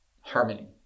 harmony